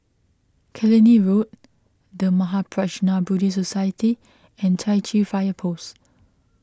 Killiney Road the Mahaprajna Buddhist Society and Chai Chee Fire Post